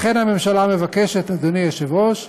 לכן, אדוני היושב-ראש,